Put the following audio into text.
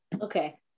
okay